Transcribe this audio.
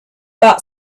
that